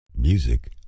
Music